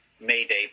Mayday